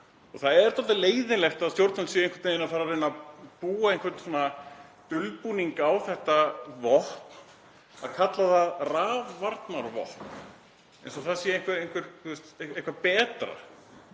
og það er dálítið leiðinlegt að stjórnvöld séu einhvern veginn að fara að reyna að búa einhvern dulbúning á þetta vopn, að kalla það rafvarnarvopn eins og það sé eitthvað betra.